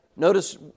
Notice